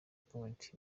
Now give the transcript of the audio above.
point